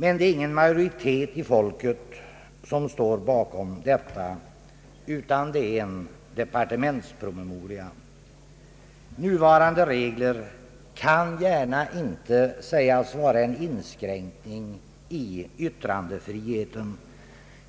Men det är ingen majoritet av folket som står bakom detta, utan det är en departementspromemoria. Nuvarande regler kan inte gärna sägas utgöra en inskränkning i yttrandefriheten.